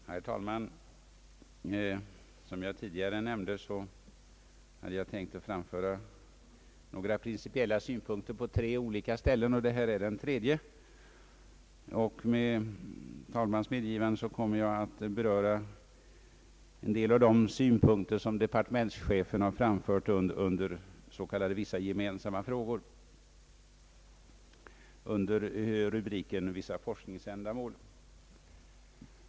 Herr talman! Som jag tidigare nämnt hade jag tänkt framföra några principiella synpunkter på tre olika ställen i detta utskottsutlåtande. Punkten 51 är det tredje stället. Med talmannens medgivande kommer jag att beröra en del av de synpunkter som departementschefen under rubriken Vissa gemensamma frågor har framfört i avsnittet Vissa forskningsändamål.